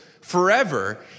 forever